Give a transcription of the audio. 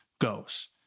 goes